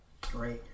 Great